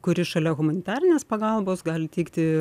kuri šalia humanitarinės pagalbos gali teikti